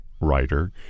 writer